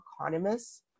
economists